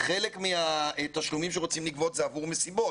חלק מהתשלומים שרוצים לגבות הם עבור מסיבות.